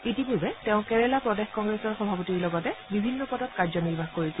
ইতিপূৰ্বে তেওঁ কেৰেলা প্ৰদেশ কংগ্ৰেছৰ সভাপতিৰ লগতে বিভিন্ন পদত কাৰ্যনিৰ্বাহ কৰিছিল